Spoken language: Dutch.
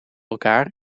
elkaar